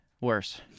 worse